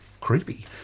Creepy